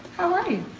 how are you?